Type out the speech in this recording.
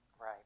right